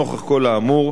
נוכח כל האמור,